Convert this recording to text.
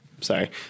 sorry